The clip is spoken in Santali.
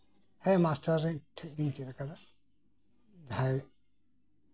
ᱦᱮᱸ ᱢᱟᱥᱴᱟᱨ ᱴᱷᱮᱡ ᱜᱤᱧ ᱪᱮᱫ ᱠᱟᱫᱟ ᱡᱟᱸᱦᱟᱭ